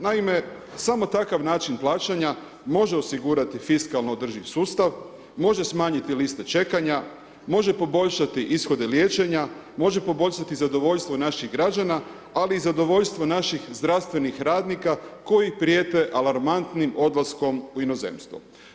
Naime, samo takav način plaćanja može osigurati fiskalno održiv sustav, može smanjiti liste čekanja, može poboljšati ishode liječenja, može poboljšati zadovoljstvo naših građana ali i zadovoljstvo naših zdravstvenih radnika koji prijete alarmantnim odlaskom u inozemstvo.